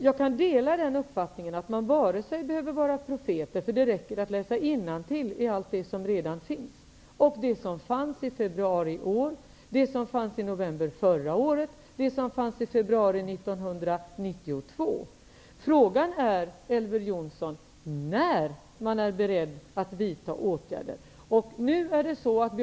Jag kan dela uppfattningen att man inte behöver vara profet, utan det räcker med att läsa innantill i allt det material som redan finns, det som fanns i februari i år, det som fanns i november förra året och det som fanns i februari 1992. Frågan är när, Elver Jonsson, man är beredd att vidta åtgärder.